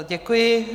Děkuji.